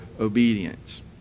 obedience